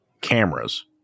cameras